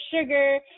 sugar